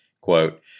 Quote